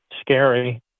Scary